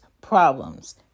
problems